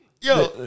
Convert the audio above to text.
Yo